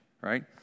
right